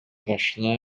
башына